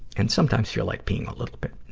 and sometimes feel like peeing a little bit.